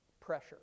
pressure